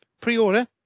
pre-order